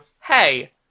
hey